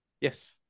yes